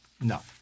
No